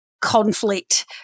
conflict